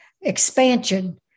expansion